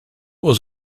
was